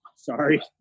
sorry